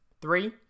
Three